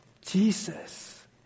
Jesus